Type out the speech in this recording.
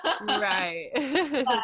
Right